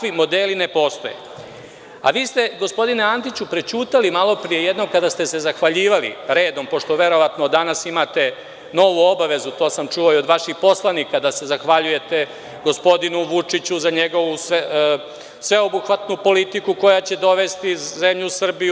Vi ste, gospodine Antiću, prećutali malopre kada ste se zahvaljivali redom, pošto verovatno danas imate novu obavezu, to sam čuo i od vaših poslanika, da se zahvaljujete gospodinu Vučiću za njegovu sveobuhvatnu politiku koja će dovesti zemlju Srbiju